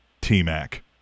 T-Mac